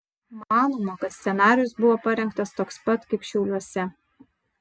manoma kad scenarijus buvo parengtas toks pat kaip šiauliuose